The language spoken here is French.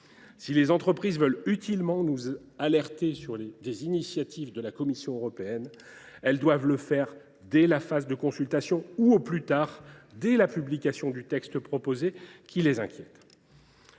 Si les entreprises veulent utilement nous alerter sur des initiatives de la Commission européenne, elles doivent le faire dès la phase de consultation ou, au plus tard, dès la publication de la proposition de texte